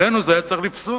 עלינו זה היה צריך לפסוח,